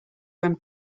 when